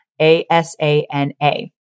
A-S-A-N-A